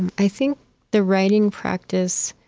i think the writing practice